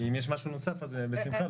אם יש משהו נוסף, אז בשמחה.